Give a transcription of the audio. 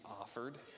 offered